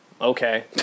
okay